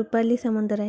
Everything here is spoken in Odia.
ରୂପାଲି ସାମନ୍ତରାୟ